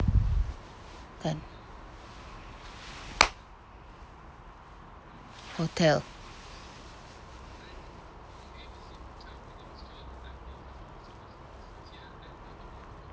done hotel